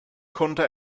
konnte